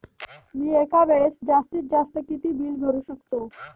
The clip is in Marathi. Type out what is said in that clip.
मी एका वेळेस जास्तीत जास्त किती बिल भरू शकतो?